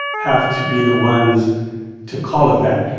have to be the ones to call it that.